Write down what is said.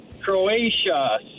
Croatia